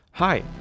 Hi